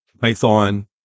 python